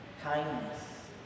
kindness